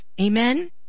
Amen